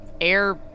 air